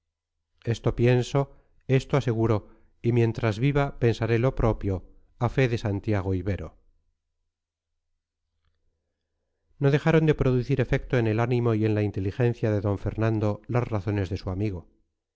esto pienso esto aseguro y mientras viva pensaré lo propio a fe de santiago ibero no dejaron de producir efecto en el ánimo y en la inteligencia de d fernando las razones de su amigo